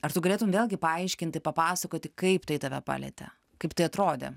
ar tu galėtum vėlgi paaiškinti papasakoti kaip tai tave palietė kaip tai atrodė